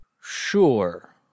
Sure